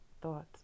thoughts